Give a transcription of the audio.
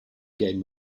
gained